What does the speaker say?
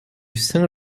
saint